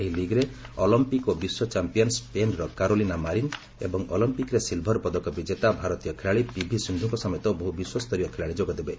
ଏହି ଲିଗ୍ରେ ଅଲମ୍ପିକ୍ ଓ ବିଶ୍ୱଚମ୍ପିୟନ୍ ସ୍କେନ୍ର କାରୋଲିନା ମାରିନ୍ ଏବଂ ଅଲମ୍ପିକ୍ରେ ସିଲ୍ଭର ପଦକ ବିଜେତା ଭାରତୀୟ ଖେଳାଳି ପିଭି ସିନ୍ଧୁଙ୍କ ସମେତ ବହୁ ବିଶ୍ୱସ୍ତରୀୟ ଖେଳାଳି ଯୋଗଦେବେ